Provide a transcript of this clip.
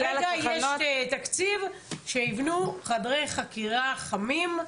כרגע יש תקציב שיבנו חדרי חקירה חכמים,